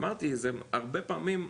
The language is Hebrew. אמרתי זה הרבה פעמים,